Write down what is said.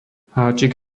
háčik